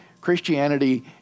Christianity